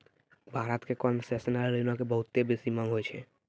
भारत मे कोन्सेसनल ऋणो के बहुते बेसी मांग होय छै